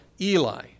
Eli